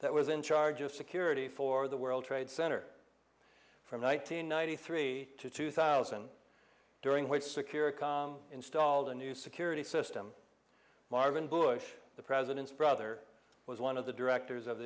that was in charge of security for the world trade center from one nine hundred ninety three to two thousand during which securacom installed a new security system marvin bush the president's brother was one of the directors of